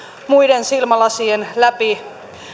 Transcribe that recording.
muiden silmälasien läpi